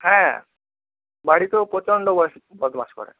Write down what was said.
হ্যাঁ বাড়িতেও প্রচণ্ড বদমাশ করে